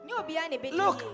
Look